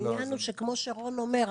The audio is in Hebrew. העניין הוא שכמו שרון אומר,